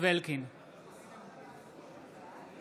נגד דוד אמסלם,